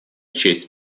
честь